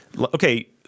Okay